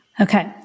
Okay